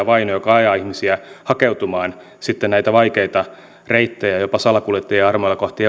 vaino joka ajaa ihmisiä hakeutumaan sitten näitä vaikeita reittejä jopa salakuljettajien armoilla kohti